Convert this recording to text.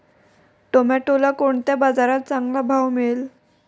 टोमॅटोला कोणत्या बाजारात चांगला भाव मिळेल?